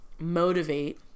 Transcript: motivate